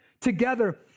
together